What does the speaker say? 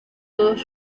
todos